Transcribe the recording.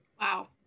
Wow